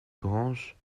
branches